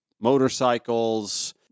motorcycles